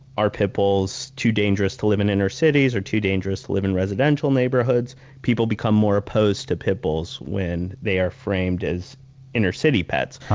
are pit bulls too dangerous to live in inner cities, or too dangerous to live in residential neighborhoods? people become more opposed to pit bulls when they are framed as inner city pets.